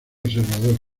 observador